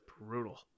brutal